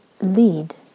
lead